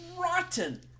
rotten